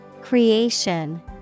Creation